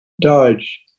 Dodge